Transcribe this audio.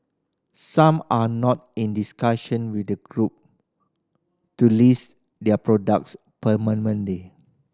some are now in discussion with the Group to list their products permanently